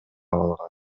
алган